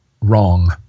wrong